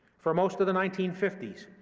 for most of the nineteen fifty s,